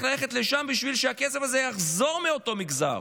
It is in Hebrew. ללכת לשם בשביל שהכסף הזה יחזור מאותו מגזר.